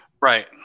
Right